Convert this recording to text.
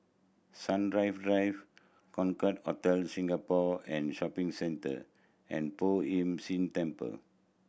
Sun Drive Drive Concorde Hotel Singapore and Shopping Centre and Poh Ern Shih Temple